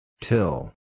Till